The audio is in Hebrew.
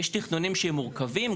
יש תכנונים שהם מורכבים,